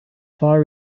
far